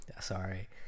Sorry